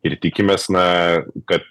ir tikimės na kad